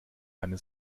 eine